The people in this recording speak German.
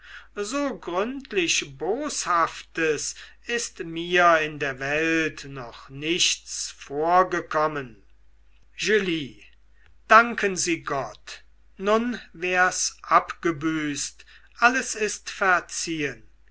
so gründlich boshaftes ist mir in der welt noch nichts vorgekommen julie danken sie gott nun wär's abgebüßt alles ist verziehen